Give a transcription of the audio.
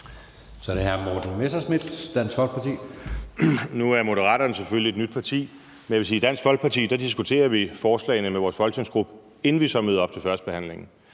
Kl. 15:50 Morten Messerschmidt (DF): Nu er Moderaterne jo selvfølgelig et nyt parti. Jeg vil sige, at i Dansk Folkeparti diskuterer vi forslagene med vores folketingsgruppe, inden vi så møder op til førstebehandlingen.